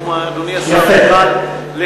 אם אדוני השר יוכל לחדד.